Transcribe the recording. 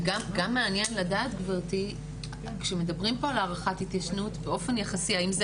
וגם מעניין לדעת גברתי כשמדברים על הארכת התיישנות באופן יחסי האם זה